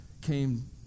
came